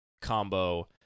combo